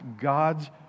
God's